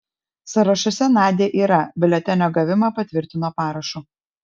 sąrašuose nadia yra biuletenio gavimą patvirtino parašu